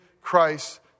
Christ